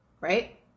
Right